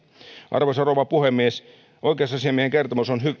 arvoisa rouva puhemies oikeusasiamiehen kertomus on